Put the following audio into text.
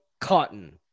cotton